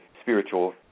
spiritual